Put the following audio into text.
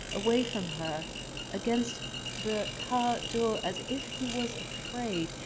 away from her against the car door as if he was afraid,